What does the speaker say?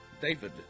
David